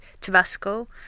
Tabasco